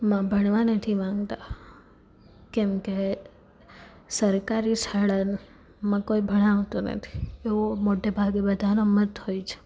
માં ભણવા નથી માંગતા કેમ કે સરકારી શાળામાં કોઈ ભણાવતું નથી એવો મોટે ભાગે બધાનો મત હોય છે